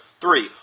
Three